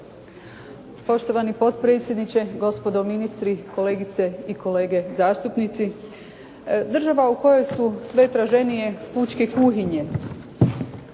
Poštovani potpredsjedniče, gospodo ministri, kolegice i kolege zastupnici. Država u kojoj su sve traženije pučke kuhinje,